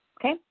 okay